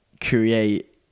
create